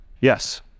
Yes